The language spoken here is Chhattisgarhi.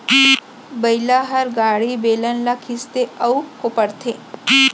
बइला हर गाड़ी, बेलन ल खींचथे अउ कोपरथे